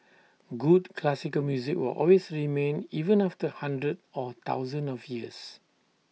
good classical music will always remain even after hundreds or thousands of years